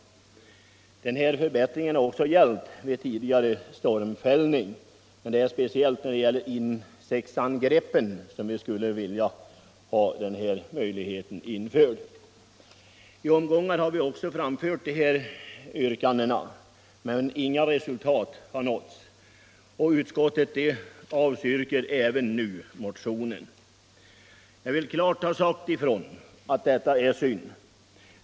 Denna förbättring har också gällt vid tidigare stormfällning. Men det är speciellt när det gäller insektsangreppen som vi skulle vilja ha denna möjlighet införd. Vi har i olika omgångar framställt liknande yrkanden, men inga resultat har nåtts. Även nu har utskottet avstyrkt vår motion. Jag vill klart ha sagt ifrån att detta är synd.